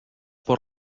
por